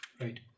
right